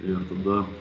ir tada